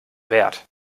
wert